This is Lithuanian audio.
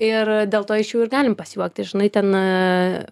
ir dėl to iš jų ir galim pasijuokti žinai ten na